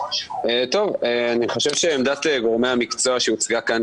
אני חושב שעמדת גורמי המקצוע שהוצגה כאן